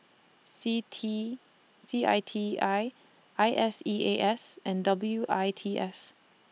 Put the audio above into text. CITI C I T I I S E A S and W I T S